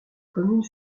commune